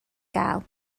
gael